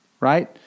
right